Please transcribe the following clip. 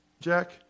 Jack